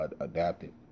adapted